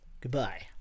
goodbye